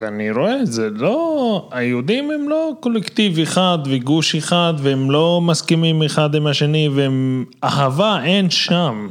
אני רואה זה לא, היהודים הם לא קולקטיב אחד וגוש אחד והם לא מסכימים אחד עם השני ואהבה אין שם